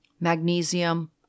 Magnesium